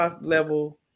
level